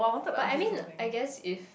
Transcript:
but I mean I guess if